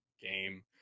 game